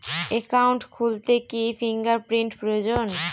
Account খুলতে কি finger print প্রয়োজন?